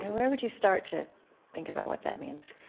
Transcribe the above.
where would you start to think about what that means?